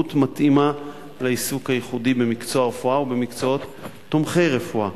ובגרות מתאימה לעיסוק הייחודי במקצוע הרפואה ובמקצועות תומכי רפואה.